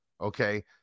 okay